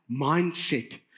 mindset